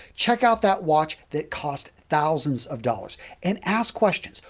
check out that watch that cost thousands of dollars and ask questions.